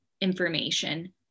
information